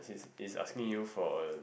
it's ask me you for a